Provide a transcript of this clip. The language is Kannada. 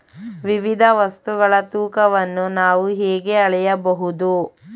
ವಿವಿಧ ವಸ್ತುಗಳ ತೂಕವನ್ನು ನಾವು ಹೇಗೆ ಅಳೆಯಬಹುದು?